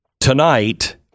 Tonight